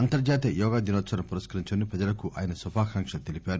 అంతర్హాతీయ యోగా దినోత్పవాన్ని పురస్కరించుకోని ప్రజలకు శుభాకాంక్షలు తెలిపారు